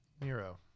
Nero